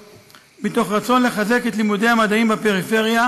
מתוך רצון לחזק את לימודי המדעים בפריפריה,